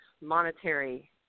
monetary